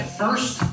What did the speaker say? first